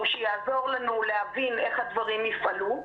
שיעזור לנו להבין איך הדברים יפעלו.